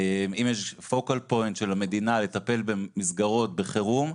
אם יש focal point של המדינה לטפל במסגרות בחירום,